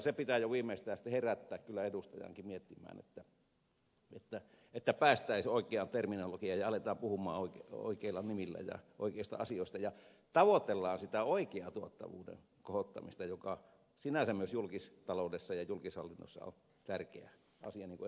sen pitää jo viimeistään sitten herättää kyllä edustajakin miettimään että päästäisiin oikeaan terminologiaan ja aletaan puhua oikeilla nimillä ja oikeista asioista ja tavoitellaan sitä oikeaa tuottavuuden kohottamista joka sinänsä myös julkistaloudessa ja julkishallinnossa on tärkeä asia niin kuin ed